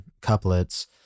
couplets